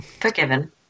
Forgiven